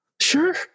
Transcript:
Sure